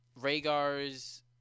Rhaegar's